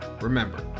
remember